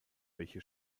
welche